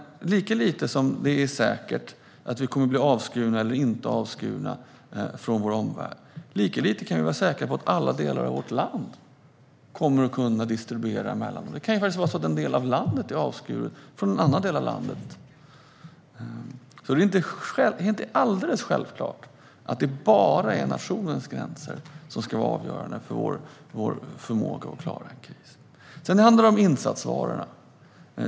Lika lite som det är säkert att vi kommer att bli avskurna från vår omvärld, lika lite kan vi vara säkra på att det kommer att vara möjligt att distribuera livsmedel i alla delar av vårt land. Det kan vara så att en del av landet är avskuren. Det är alltså inte alldeles självklart att det bara är nationens gränser som ska vara avgörande för vår förmåga att klara en kris. Sedan handlar det om insatsvarorna.